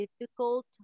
difficult